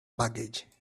baggage